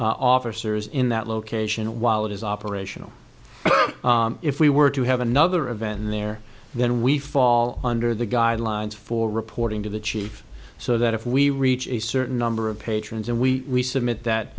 deploys officers in that location while it is operational if we were to have another event in there then we fall under the guidelines for reporting to the chief so that if we reach a certain number of patrons and we submit that